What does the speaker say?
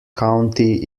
county